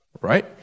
right